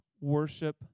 worship